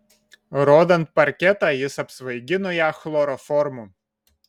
rodant parketą jis apsvaigino ją chloroformu